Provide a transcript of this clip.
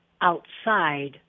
outside